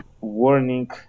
warning